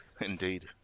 Indeed